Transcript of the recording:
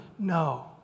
No